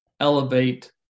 elevate